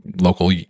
local